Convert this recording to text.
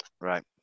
Right